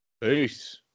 Peace